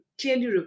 clearly